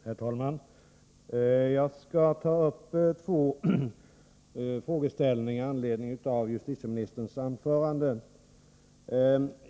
Herr talman! Jag skall ta upp två frågeställningar med anledning av justitieministerns anförande.